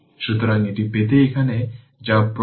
সুতরাং এটি পেতে এখানে যা প্রয়োগ করতে হবে K V L